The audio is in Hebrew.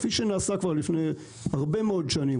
כפי שנעשה כבר לפני הרבה מאוד שנים,